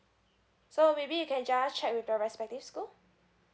so maybe you can just check with the respective school